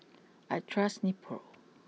I trust Nepro